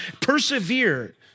persevere